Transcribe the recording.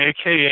aka